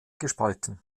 gespalten